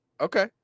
Okay